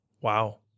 Wow